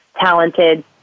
talented